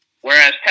Whereas